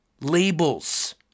Labels